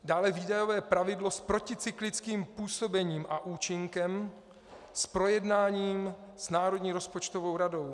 Dále výdajové pravidlo s proticyklickým působením a účinkem, s projednáním s Národní rozpočtovou radou.